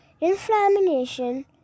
inflammation